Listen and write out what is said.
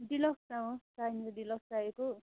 deluxe अँ चाहिनु त डिलक्स चाहिएको